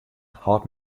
hâldt